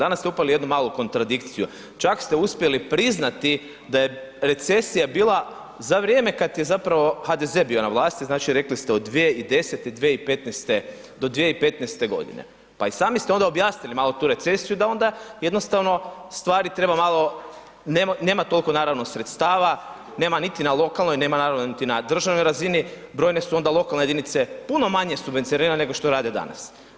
Danas ste upali u jednu malu kontradikciju, čak ste uspjeli priznati da je recesija bila za vrijeme kad je zapravo HDZ bio na vlasti, znači rekli ste od 2010., 2015., do 2015.g., pa i sami ste onda objasnili malo tu recesiju da onda jednostavno stvari treba malo, nema tolko naravno sredstava, nema niti na lokalnoj, nema naravno niti na državnoj razini, brojne su onda lokalne jedinice puno manje subvencionirane nego što rade danas.